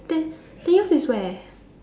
then then yours is where